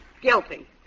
Guilty